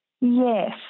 Yes